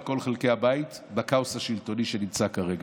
כל חלקי הבית בכאוס השלטוני שנמצא כרגע,